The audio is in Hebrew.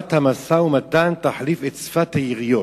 ששפת המשא-ומתן תחליף את שפת היריות.